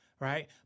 Right